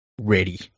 ready